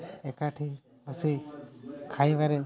ଏକାଠି ବସି ଖାଇବାରେ